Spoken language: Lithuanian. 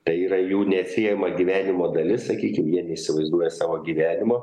tai yra jų neatsiejama gyvenimo dalis sakykim jie neįsivaizduoja savo gyvenimo